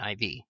IV